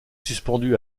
suspendu